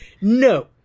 No